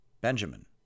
Benjamin